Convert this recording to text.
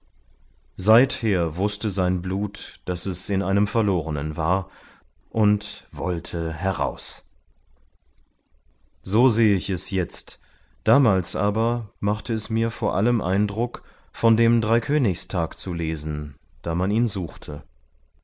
seither wußte sein blut daß es in einem verlorenen war und wollte heraus so seh ich es jetzt damals aber machte es mir vor allem eindruck von dem dreikönigstag zu lesen da man ihn suchte